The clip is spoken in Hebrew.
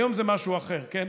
היום זה משהו אחר, כן?